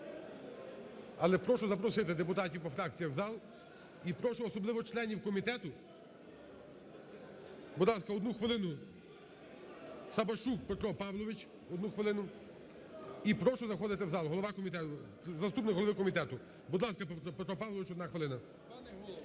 але прошу запросити депутатів по фракціях в зал і прошу, особливо членів комітету… Будь ласка, одну хвилину, Сабашук Петро Павлович, одну хвилину. І прошу заходити в зал… Голова комітету, заступник голови комітету. Будь ласка, Петро Павлович, одна хвилина.